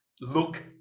look